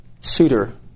suitor